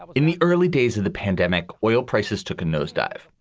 um in the early days of the pandemic, oil prices took a nosedive,